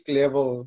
level